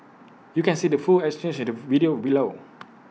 you can see the full exchange the video below